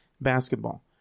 basketball